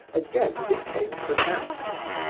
again became pronounced,